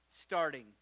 starting